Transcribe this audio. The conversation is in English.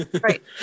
right